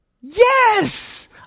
Yes